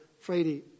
friday